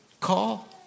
call